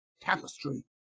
tapestry